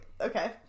Okay